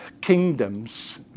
kingdoms